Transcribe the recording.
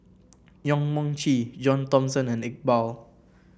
Yong Mun Chee John Thomson and Iqbal